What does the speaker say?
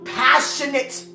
passionate